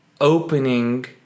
opening